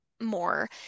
more